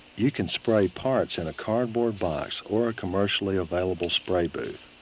you can spray parts in a cardboard box or a commercially available spray booth.